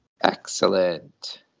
Excellent